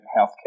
healthcare